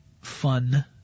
fun